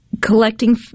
collecting